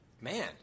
Man